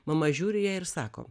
mama žiūri į ją ir sako